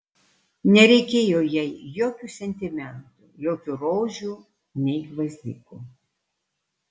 nereikėjo jai jokių sentimentų jokių rožių nei gvazdikų